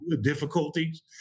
difficulties